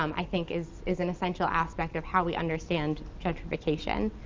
um i think, is is an essential aspect of how we understand gentrification.